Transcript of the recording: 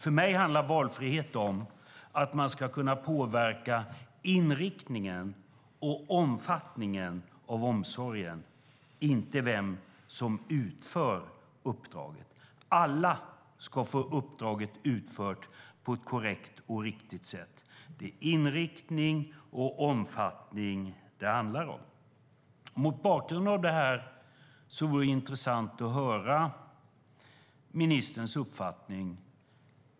För mig handlar valfrihet om att kunna påverka inriktningen och omfattningen av omsorgen, inte vem som utför uppdraget. Alla ska få uppdraget utfört på ett korrekt sätt. Det är inriktning och omfattning det handlar om. Mot bakgrund av detta vore det intressant att höra ministerns uppfattning.